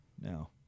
now